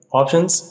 options